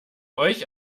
euch